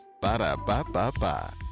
Ba-da-ba-ba-ba